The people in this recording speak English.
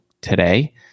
today